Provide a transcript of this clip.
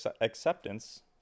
acceptance